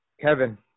Kevin